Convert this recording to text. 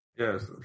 Yes